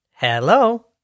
Hello